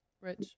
Rich